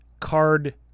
card